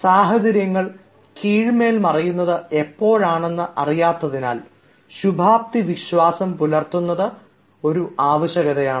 സാഹചര്യങ്ങൾ കീഴ്മേൽ മറിയുന്നത് എപ്പോഴാണെന്ന് അറിയാത്തതിനാൽ ശുഭാപ്തിവിശ്വാസം പുലർത്തുന്നത് ഒരു ആവശ്യകതയാണ്